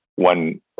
one